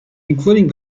including